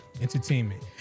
entertainment